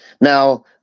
Now